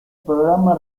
programa